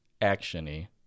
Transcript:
action-y